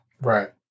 Right